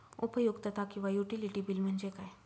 उपयुक्तता किंवा utility bill म्हणजे काय?